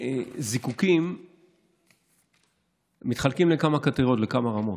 זיקוקים מתחלקים לכמה קטגוריות, לכמה רמות.